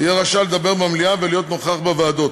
יהיה רשאי לדבר במליאה ולהיות נוכח בוועדות,